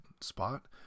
spot